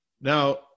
Now